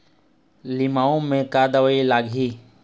लिमाऊ मे का दवई लागिही?